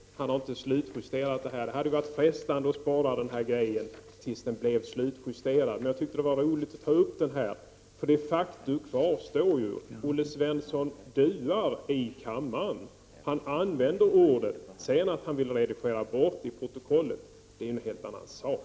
Han har inte slutjusterat det här. Det hade varit frestande att spara den här grejen tills den blev slutjusterad, men jag tyckte att det var roligt att ta upp den här, för det faktum kvarstår: Olle Svensson duar i kammaren. Han använder ordet. Sedan att han vill redigera bort det i protokollet det är en helt annan sak.